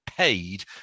Paid